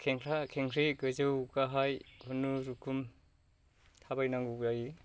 खेंख्रा खेंख्रि गोजौ गाहाय खुनुरुखुम थाबायनांगौ जायो